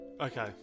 Okay